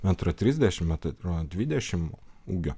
metro trisdešimt metro dvidešimt ūgio